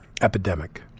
epidemic